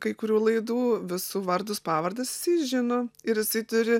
kai kurių laidų visų vardus pavardes jisai žino ir jisai turi